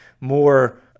more